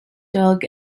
dog